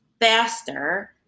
faster